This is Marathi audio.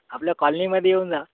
आपल्या कॉलनीमध्ये येऊन जा